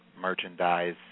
merchandise